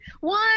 One